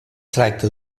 tracta